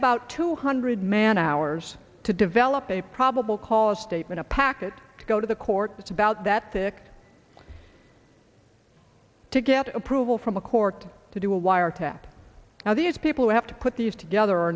about two hundred man hours to develop a probable cause statement a packet to go to the court that's about that thick to get approval from a court to do a wiretap now these people who have to put these together